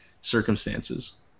circumstances